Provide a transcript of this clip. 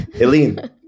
Eileen